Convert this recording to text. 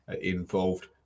involved